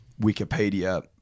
Wikipedia